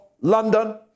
London